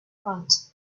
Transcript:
front